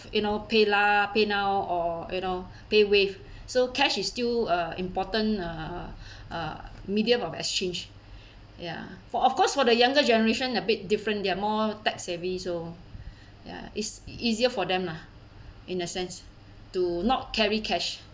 in our PayLah PayNow or you know PayWave so cash is still uh important uh uh medium of exchange ya for of course for the younger generation a bit different they're more tech-savvy so ya it's easier for them lah in a sense to not carry cash